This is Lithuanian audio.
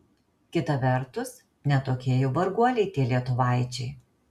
kita vertus ne tokie jau varguoliai tie lietuvaičiai